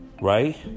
Right